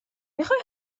میخای